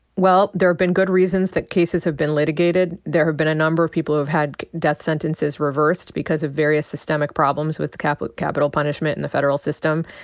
well, there have been good reasons that cases have been litigated. there have been a number of people who have had death sentences reversed because of various systemic problems with capital capital punishment and the federal system.